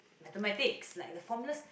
Mathematics like the formulas